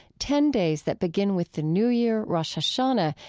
ten days that begin with the new year, rosh hashanah,